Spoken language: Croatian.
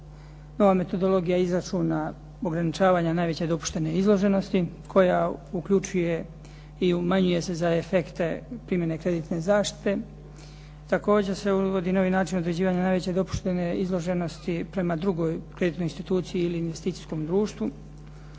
nova metodologija izračuna ograničavanja najveće dopuštene izloženosti koja uključuje i umanjuje se za efekte primjene kreditne zaštite. Također se uvodi novi način određivanja najveće dopuštene izloženosti prema drugoj kreditnoj instituciji ili investicijskom društvu,